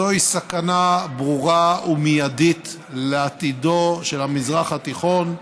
זוהי סכנה ברורה ומיידית לעתידו של המזרח התיכון,